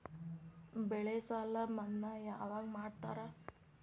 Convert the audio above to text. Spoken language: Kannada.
ಬೆಳೆ ಸಾಲ ಮನ್ನಾ ಯಾವಾಗ್ ಮಾಡ್ತಾರಾ?